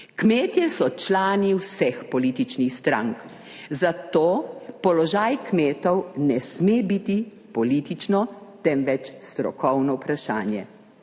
Kmetje so člani vseh političnih strank, zato položaj kmetov ne sme biti politično, temveč strokovno vprašanje.